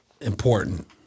important